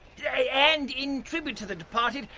yeah yeah and in tribute to the departed,